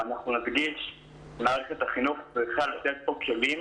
נדגיש שמערכת החינוך צריכה לתת פה כלים